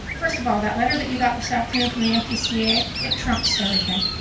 first of all, that letter that you got this afternoon from the npca, it trumps everything.